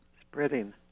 spreading